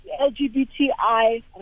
LGBTI